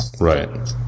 right